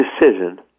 decision